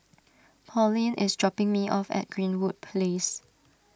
Pauline is dropping me off at Greenwood Place